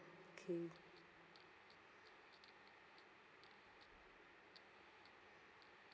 okay